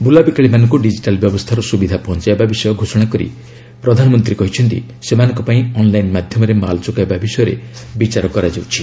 ବୁଲାବିକାଳିମାନଙ୍କୁ digital ବ୍ୟବସ୍ଥାର ସୁବିଧା ପହଞ୍ଚାଇବା ବିଷୟ ଘୋଷଣା କରି ପ୍ରଧାନମନ୍ତ୍ରୀ କହିଛନ୍ତି ସେମାନଙ୍କ ପାଇଁ ଅନ୍ଲାଇନ୍ ମାଧ୍ୟମରେ ମାଲ ଯୋଗାଇବା ବିଷୟରେ ବିଚାର କରାଯାଉଛି